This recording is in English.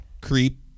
creep